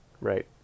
right